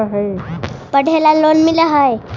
पढ़े ला लोन मिल है?